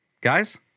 Guys